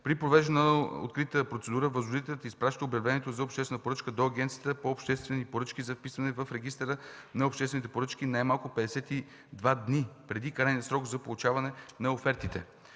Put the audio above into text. При провеждане на открита процедура възложителят изпраща обявлението за обществена поръчка до Агенцията по обществени поръчки за вписване в Регистъра на обществените поръчки най-малко 52 дни преди крайния срок за получаване на офертите.